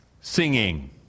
Singing